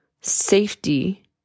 safety